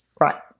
Right